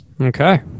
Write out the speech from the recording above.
Okay